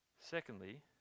Secondly